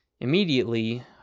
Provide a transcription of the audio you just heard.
Immediately